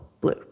blue